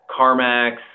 CarMax